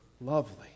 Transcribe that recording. Lovely